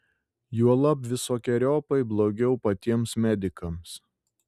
juolab visokeriopai blogiau patiems medikams